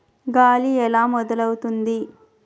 గాలి ఎలా మొదలవుతుంది?